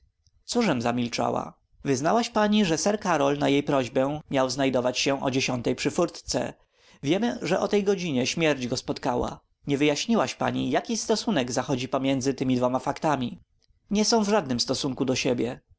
cóżem zamilczała wyznałaś pani że sir karol na jej prośbę miał znajdować się o dziesiątej przy furtce wiemy że o tej godzinie śmierć go spotkała nie wyjaśniłaś pani jaki stosunek zachodzi pomiędzy tymi dwoma faktami nie są w żadnym stosunku do siebie